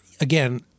Again